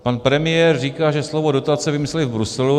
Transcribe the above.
Pan premiér říká, že slovo dotace vymysleli v Bruselu.